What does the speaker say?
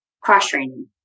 cross-training